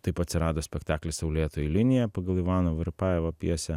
taip atsirado spektaklis saulėtoji linija pagal ivano voropajevo pjesę